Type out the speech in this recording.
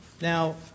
Now